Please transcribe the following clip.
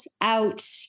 out